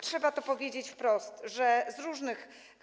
Trzeba to powiedzieć wprost, że z różnych.